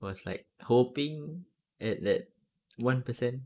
was like hoping at that one per cent